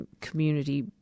community